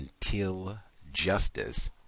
untiljustice